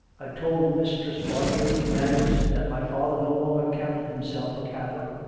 i told mistress marjorie manners that my father no longer counted himself a catholic,